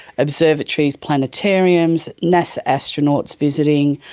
observatories, planetariums, nasa astronauts visiting,